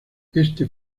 este